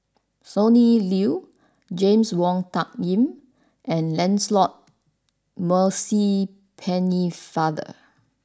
Sonny Liew James Wong Tuck Yim and Lancelot Maurice Pennefather